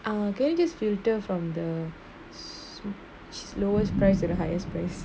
I will get this filter from the lowest price at the highest praise